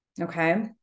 Okay